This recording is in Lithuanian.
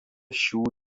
šių